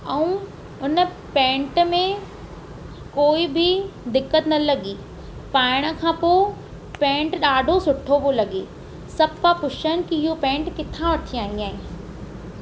ऐं उन पैंट में कोई बि दिक़तु न लॻी पाइण खां पोइ पैंट ॾाढो सुठो पियो लॻे सभु था पुछनि इहो पैंट किथा वठी आई आहे